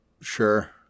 Sure